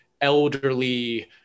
elderly